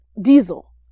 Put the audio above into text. diesel